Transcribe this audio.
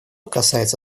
касается